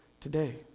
today